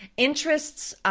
interests,